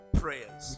prayers